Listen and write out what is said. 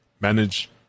manage